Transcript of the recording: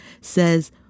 says